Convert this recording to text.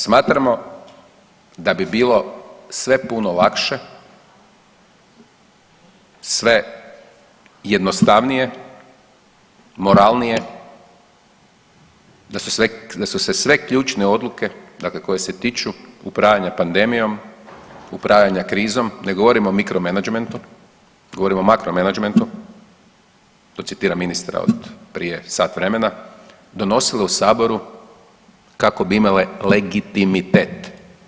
Smatramo da bi bilo sve puno lakše, sve jednostavnije, moralnije da su se sve ključne odluke, dakle koje se tiču upravljanja pandemijom, upravljanja krizom, ne govorimo o mikro menadžmentu, govorimo o makro menadžmentu, to citiram ministra od prije sat vremena, donosili u saboru kako bi imale legitimitet.